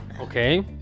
Okay